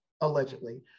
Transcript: allegedly